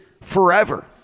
forever